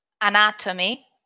Anatomy